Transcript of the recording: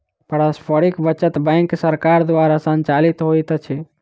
पारस्परिक बचत बैंक सरकार द्वारा संचालित होइत अछि